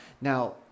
Now